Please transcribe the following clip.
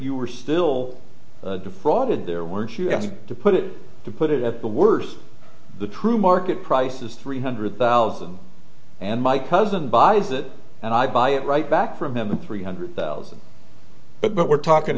you were still defrauded there weren't you have to put it to put it at the worse the true market price is three hundred thousand and my cousin buys it and i buy it right back from him three hundred thousand but we're talking